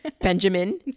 benjamin